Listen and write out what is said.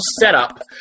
setup